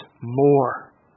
more